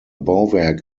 bauwerk